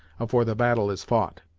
afore the battle is fou't?